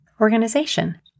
organization